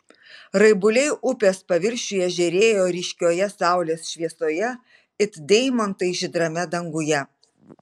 raibuliai upės paviršiuje žėrėjo ryškioje saulės šviesoje it deimantai žydrame danguje